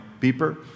beeper